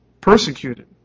persecuted